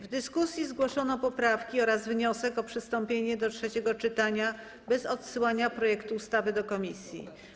W dyskusji zgłoszono poprawki oraz wniosek o przystąpienie do trzeciego czytania bez odsyłania projektu ustawy do komisji.